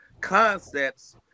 concepts